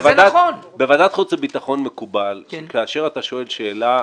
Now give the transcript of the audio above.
בוועדת חוץ וביטחון מקובל שכאשר אתה שואל שאלה,